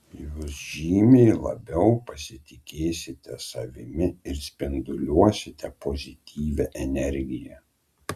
jūs žymiai labiau pasitikėsite savimi ir spinduliuosite pozityvia energija